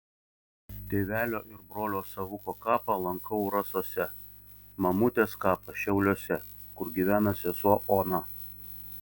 tėvelio ir brolio savuko kapą lankau rasose mamutės kapą šiauliuose kur gyvena sesuo ona